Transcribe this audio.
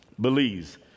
Belize